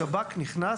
שב"כ נכנס.